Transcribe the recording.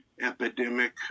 epidemic